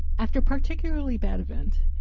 after a particularly bad event,